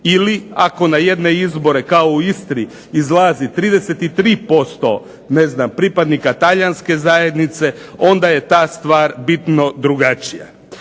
Ili ako na jedne izbore kao u Istri izlazi 33% ne znam pripadnika Talijanske zajednice onda je ta stvar bitno drugačija.